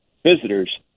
visitors